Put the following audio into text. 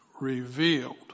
Revealed